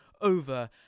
over